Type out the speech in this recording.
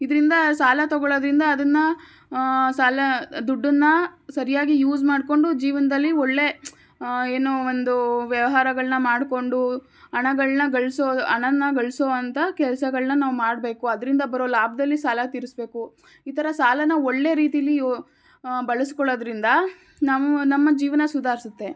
ಇದರಿಂದ ಸಾಲ ತಗೊಳ್ಳೋದರಿಂದ ಅದನ್ನು ಸಾಲ ದುಡ್ಡನ್ನು ಸರಿಯಾಗಿ ಯೂಸ್ ಮಾಡಿಕೊಂಡು ಜೀವನದಲ್ಲಿ ಒಳ್ಳೆಯ ಏನೋ ಒಂದು ವ್ಯವಹಾರಗಳನ್ನ ಮಾಡಿಕೊಂಡು ಹಣಗಳನ್ನ ಗಳಿಸೋ ಹಣನ ಗಳಿಸೋ ಅಂಥ ಕೆಲಸಗಳ್ನ ನಾವು ಮಾಡಬೇಕು ಅದರಿಂದ ಬರೊ ಲಾಭದಲ್ಲಿ ಸಾಲ ತೀರಿಸಬೇಕು ಈ ಥರ ಸಾಲನ ಒಳ್ಳೆಯ ರೀತಿಲಿ ಬಳಸಿಕೊಳ್ಳೋದ್ರಿಂದ ನಾವು ನಮ್ಮ ಜೀವನ ಸುಧಾರಿಸತ್ತೆ